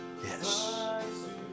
Yes